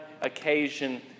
occasion